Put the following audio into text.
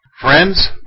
Friends